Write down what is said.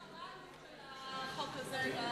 מה העלות של החוק הזה?